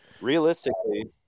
realistically